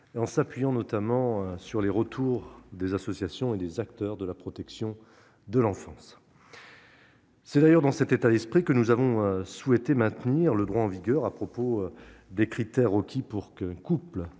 en s'appuyant notamment sur les retours des associations et des acteurs de la protection de l'enfance. C'est dans cet état d'esprit que nous avons souhaité maintenir le droit en vigueur à propos des critères requis pour qu'un couple